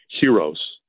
Heroes